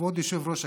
כבוד היושב-ראש,